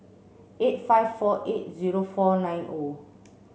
eight five four eight zero four nine O